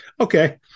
Okay